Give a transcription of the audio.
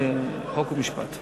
אנחנו ממשיכים